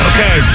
Okay